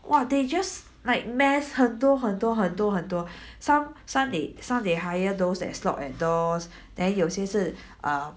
!wah! they just like mass 很多很多很多很多 some some they some they hire those that slot at doors then 有些是啊